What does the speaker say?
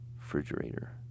refrigerator